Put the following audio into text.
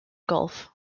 golf